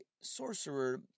sorcerer